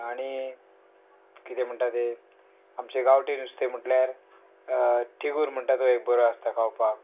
आनी कितें म्हणटा तें आमचे गांवटी नुस्तें म्हूटल्यार थिगूर म्हणटा तो एक बरो आसता खावपाक